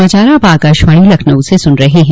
यह समाचार आप आकाशवाणी लखनऊ से सुन रहे हैं